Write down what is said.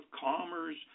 Commerce